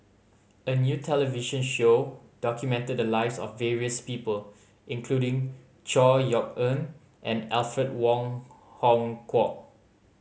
a new television show documented the lives of various people including Chor Yeok Eng and Alfred Wong Hong Kwok